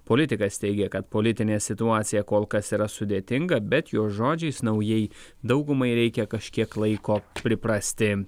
politikas teigė kad politinė situacija kol kas yra sudėtinga bet jo žodžiais naujai daugumai reikia kažkiek laiko priprasti